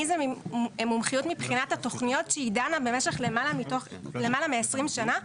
אם זו מומחיות מבחינת התוכניות שבהן היא דנה למעלה מעשרים שנה,